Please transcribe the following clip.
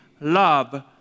love